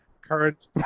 current